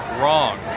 wrong